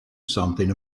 something